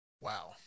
Wow